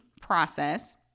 process